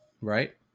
Right